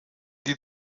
die